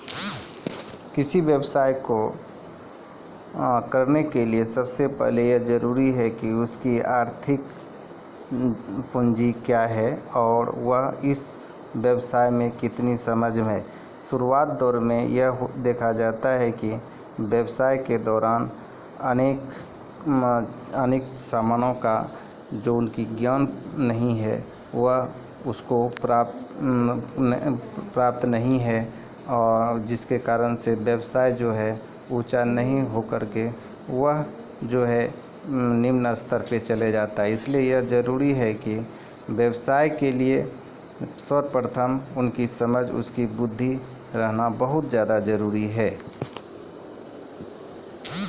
व्यवसाय के लेली नवजात उद्यमिता के सभे से ऊंचा दरजा करो मानलो जैतो रहलो छै